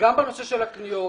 גם בנושא של הקניות,